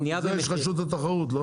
זה הכל, בשביל זה יש את רשות התחרות, לא?